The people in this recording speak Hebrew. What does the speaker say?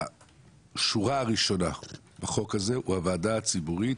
השורה הראשונה בחוק הזה הוא הוועדה הציבורית,